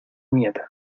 nieta